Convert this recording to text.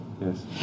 yes